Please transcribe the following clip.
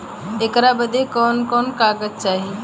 ऐकर बदे कवन कवन कागज चाही?